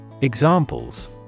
Examples